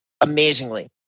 amazingly